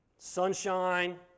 Sunshine